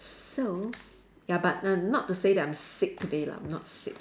so ya but n~ not to say that I'm sick today lah I'm not sick